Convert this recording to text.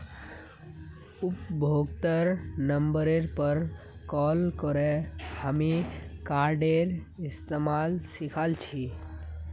उपभोक्तार नंबरेर पर कॉल करे हामी कार्डेर इस्तमाल सिखल छि